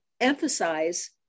emphasize